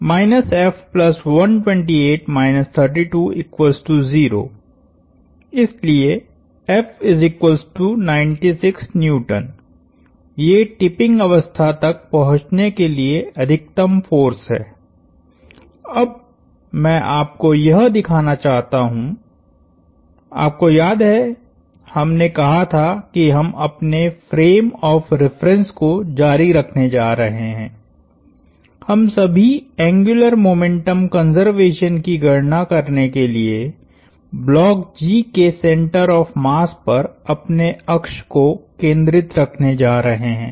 इसलिए ये टिपिंग अवस्था तक पहुंचने के लिए अधिकतम फोर्स है अब मैं आपको यह दिखाना चाहता हूं आपको याद है हमने कहा था कि हम अपने फ्रेम ऑफ़ रिफरेंस को जारी रखने जा रहे हैं हम सभी एंग्युलर मोमेंटम कंज़र्वेशन की गणना करने के लिए ब्लॉक G के सेंटर ऑफ़ मास पर अपने अक्ष को केंद्रित रखने जा रहे हैं